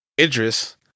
Idris